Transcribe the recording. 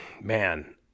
Man